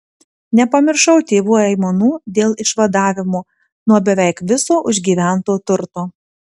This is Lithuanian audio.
nepamiršau tėvų aimanų dėl išvadavimo nuo beveik viso užgyvento turto